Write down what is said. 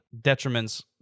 detriments